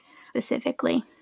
specifically